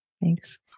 Thanks